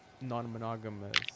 non-monogamous